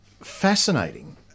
fascinating